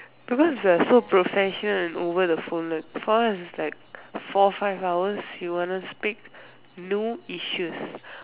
because if you are so professional over the phone for us it's like four five hours you want us speak no issues